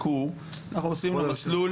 רק הוא, אנחנו עושים לו מסלול